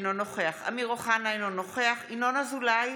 אינו נוכח אמיר אוחנה, אינו נוכח ינון אזולאי,